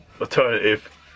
alternative